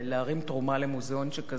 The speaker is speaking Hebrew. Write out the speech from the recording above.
להרים תרומה למוזיאון שכזה,